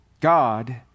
God